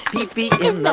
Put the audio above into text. pee-pee in the.